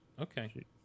okay